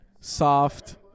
Soft